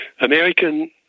American